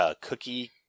cookie